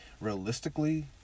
Realistically